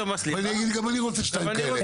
ואני אגיד שאני גם רוצה שתיים כאלה.